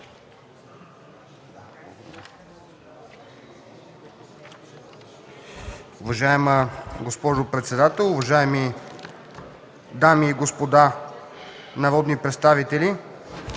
Уважаема госпожо председател, уважаеми дами и господа народни представители!